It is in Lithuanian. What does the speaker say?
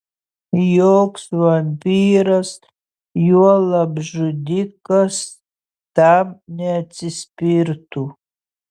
joks vampyras juolab žudikas tam neatsispirtų